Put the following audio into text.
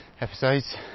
episodes